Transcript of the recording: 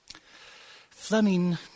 Fleming